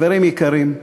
חברים יקרים,